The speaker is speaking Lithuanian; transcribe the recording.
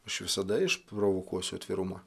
aš visada išprovokuosiu atvirumą